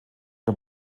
der